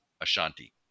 Ashanti